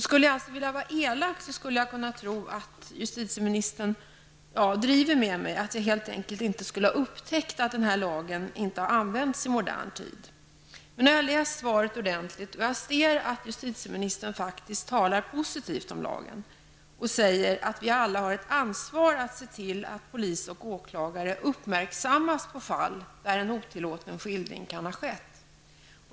Skulle jag vilja vara elak skulle jag kunna tro att justitieministern driver med mig, att jag helt enkelt inte skulle ha upptäckt att lagen inte har använts i modern tid. Men nu har jag läst svaret ordentligt, och jag ser att justitieministern faktiskt talar positivt om lagen och säger att vi alla har ett ansvar att se till att polis och åklagare uppmärksammas på fall där en otillåten skildring kan ha skett.